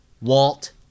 Walt